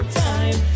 time